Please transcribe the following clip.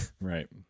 right